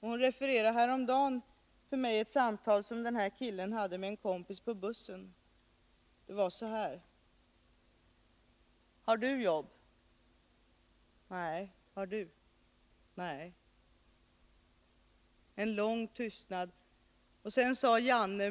Hon refererade häromdagen för mig ett samtal som den här killen hade med en kompis på bussen. Det löd så här: En lång tystnad. Och sedan sa Janne